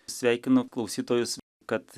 sveikinu klausytojus kad